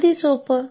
अगदी सोपे आहे